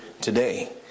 today